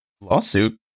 lawsuit